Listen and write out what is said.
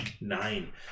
Nine